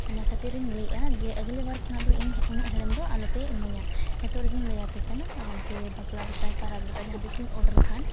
ᱚᱱᱟ ᱠᱷᱟᱹᱛᱤᱨ ᱤᱧ ᱞᱟᱹᱭᱮᱜᱼᱟ ᱡᱮ ᱟᱹᱜᱽᱞᱮ ᱵᱟᱨ ᱠᱷᱚᱱᱟᱜ ᱫᱚ ᱤᱧ ᱩᱱᱟᱹᱜ ᱦᱮᱬᱮᱢ ᱫᱚ ᱟᱞᱚ ᱯᱮ ᱤᱢᱟᱹᱧᱟ ᱱᱤᱛᱚᱜ ᱨᱮᱜᱮᱧ ᱞᱟᱹᱭ ᱟᱯᱮ ᱠᱟᱱᱟ ᱡᱮ ᱵᱟᱯᱞᱟ ᱨᱮ ᱛᱟᱭ ᱯᱚᱨᱚᱵᱽ ᱨᱮᱛᱟᱭ ᱡᱟᱦᱟᱸ ᱛᱤᱥ ᱜᱮᱧ ᱚᱰᱟᱨ ᱠᱷᱟᱱ